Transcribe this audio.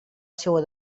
seua